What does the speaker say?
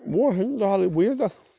وۅنۍ اوس سلہٕے وۅنۍ ییٚلہِ تتھ